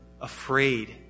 afraid